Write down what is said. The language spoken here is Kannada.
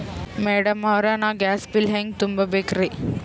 ಮೆಡಂ ಅವ್ರ, ನಾ ಗ್ಯಾಸ್ ಬಿಲ್ ಹೆಂಗ ತುಂಬಾ ಬೇಕ್ರಿ?